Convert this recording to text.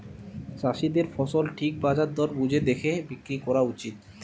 চাষীদের ফসল ঠিক বাজার দর বুঝে দেখে বিক্রি কোরা উচিত